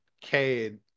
Cade